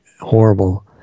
horrible